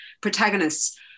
protagonists